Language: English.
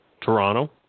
Toronto